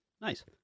Nice